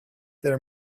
their